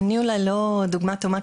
אני אולי לא דוגמה טובה,